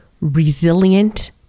resilient